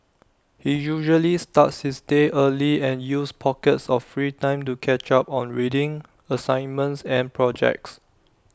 he usually starts his day early and uses pockets of free time to catch up on reading assignments and projects